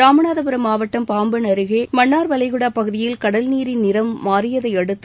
ராமநாதபுரம் மாவட்டம் பாம்பன் அருகே மன்னார் வளைகுடா பகுதியில் கடல் நீரின் நிறம் மாறியதை அடுத்து